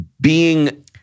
being-